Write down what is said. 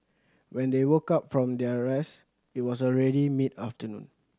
when they woke up from their rest it was already mid afternoon